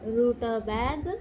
root bagel